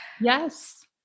Yes